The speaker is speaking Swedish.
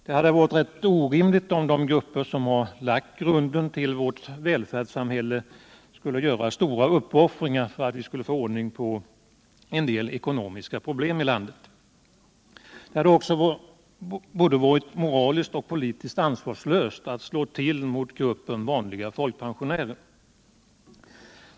Det hade också varit rätt orimligt om de grupper som lagt grunden till vårt välfärdssamhälle hade blivit tvungna att göra stora uppoffringar för att vi skulle få ordning på en del ekonomiska problem i landet. Det hade varit både moraliskt och politiskt ansvarslöst att slå till mot gruppen vanliga folkpensionärer.